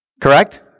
Correct